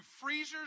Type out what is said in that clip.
freezers